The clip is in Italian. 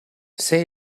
sei